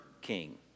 king